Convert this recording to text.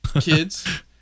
kids